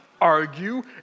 argue